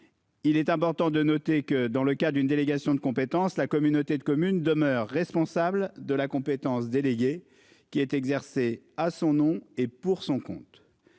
Il est important de noter que dans le cas d'une délégation de compétence, la communauté de communes demeure responsable de la compétence délégué qui est exercée à son nom et pour son compte.